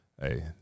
hey